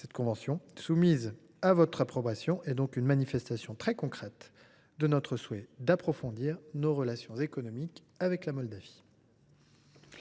Cette convention, soumise à votre approbation, est donc une manifestation très concrète de notre souhait d’approfondir nos relations économiques avec la Moldavie.